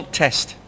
test